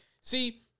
See